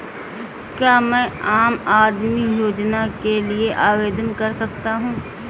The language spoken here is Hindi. क्या मैं आम आदमी योजना के लिए आवेदन कर सकता हूँ?